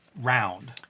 round